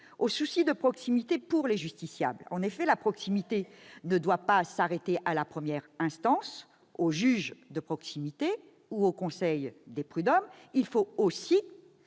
l'exigence de proximité pour les justiciables. La proximité ne doit pas s'arrêter à la première instance, au juge de proximité ou au conseil de prud'hommes, il faut aussi